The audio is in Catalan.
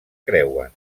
creuen